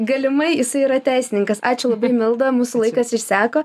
galimai jisai yra teisininkas ačiū labai milda mūsų laikas išseko